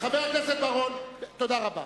חבר הכנסת בר-און, תודה רבה.